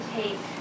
take